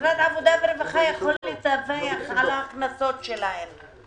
המשרד יכול לדווח על ההכנסות שלהם.